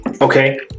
Okay